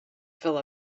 fill